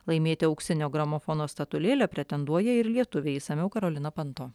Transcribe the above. laimėti auksinio gramofono statulėlę pretenduoja ir lietuviai išsamiau karolina panto